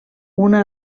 una